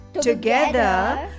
together